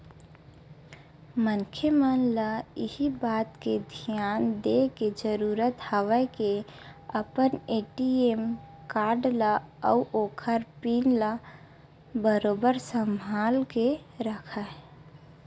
मनखे मन ल इही बात के धियान देय के जरुरत हवय के अपन ए.टी.एम कारड ल अउ ओखर पिन ल बरोबर संभाल के रखय